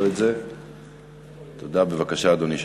אדוני היושב-ראש,